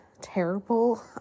terrible